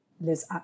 liz